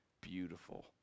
beautiful